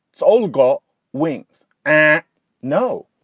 it's old. got wings. and no,